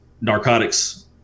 narcotics